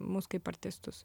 mus kaip artistus